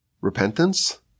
repentance